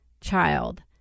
child